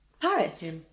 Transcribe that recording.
Paris